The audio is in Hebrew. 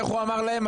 איך הוא קרא להם?